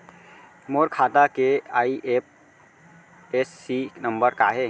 मोर खाता के IFSC number का हे?